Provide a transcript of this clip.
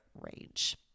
range